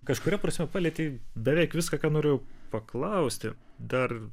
kažkuria prasme palietei beveik viską ką norėjau paklausti dar